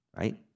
right